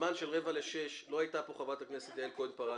בזמן של רבע ל-6 לא הייתה כאן חברת הכנסת יעל כהן-פארן.